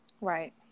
Right